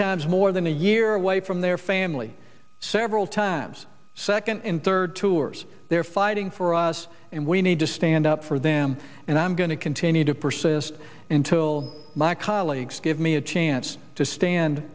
times more than a year away from their family several tabs second and third tours they're fighting for us and we need to stand up for them and i'm going to continue to persist until my colleagues give me a chance to stand